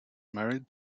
married